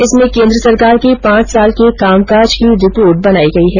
इसमें केन्द्र सरकार के पांच साल के कामकाज की रिपोर्ट बनाई गई है